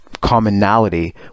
commonality